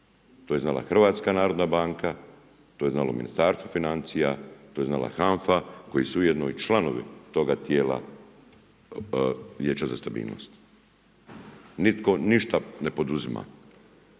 To je znala HNB, to je znalo Ministarstvo financija, to je znala HANFA koji su ujedno i članovi toga tijela Vijeća za stabilnost. Nitko ništa ne poduzima.